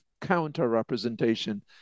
counter-representation